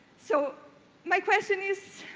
so my question is,